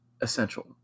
essential